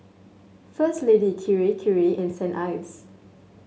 First Lady Kirei Kirei and Saint Ives